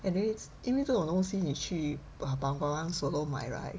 and then 因为这种东西你去 Bengawan Solo 买 right